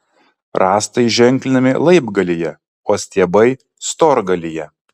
rąstai ženklinami laibgalyje o stiebai storgalyje